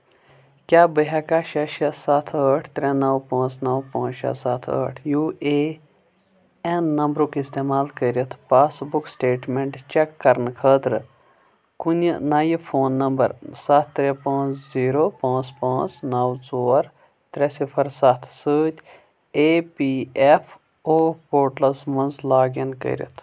کیاہ بہٕ ہٮ۪کا شےٚ شےٚ ستھ ٲٹھ ترٛےٚ نو پانٛژھ شےٚ ستھ ٲٹھ یوٗ اے اٮ۪م نمبرُک استعمال کٔرتھ پاس بُک سٹیٹمینٹ چیٚک کرنہٕ خٲطرٕ کُنہِ نیہِ فون نمبر ستھ ترٛےٚ پانٛژھ زیٖرو پانٛژھ پانٛژھ نو ژور ترٛےٚ صفر ستھ سۭتۍ A P F O portals منٛز لاگ اِن کٔرِتھ